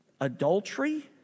adultery